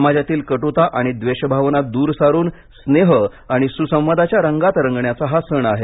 समाजातील कट्रता व द्वेषभावना दूर सारून स्नेह आणि सुसंवादाच्या रंगात रंगण्याचा हा सण आहे